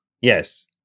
yes